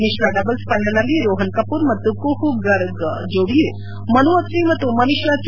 ಮಿತ್ರ doubles ಫೈನಲ್ನಲ್ಲಿ ರೋಹನ್ ಕಮೂರ್ ಮತ್ತು ಕುಹೂ ಗರ್ಗ್ ಜೋಡಿಯು ಮನು ಅತ್ರಿ ಮತ್ತು ಮನೀಷಾ ಕೆ